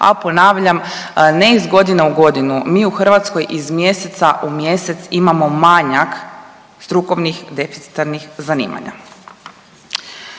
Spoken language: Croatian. a ponavljam ne iz godine u godinu, mi u Hrvatskoj iz mjeseca u mjesec imamo manjak strukovnih deficitarnih zanimanja.